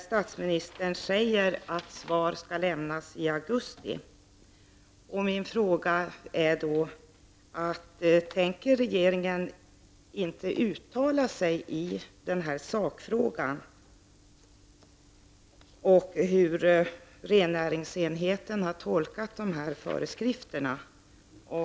Statsministern säger i brevet att svar skall lämnas i augusti. Mina frågor är då: Tänker regeringen inte uttala sig i den här sakfrågan, om hur rennäringsenheten har tolkat dessa föreskrifter?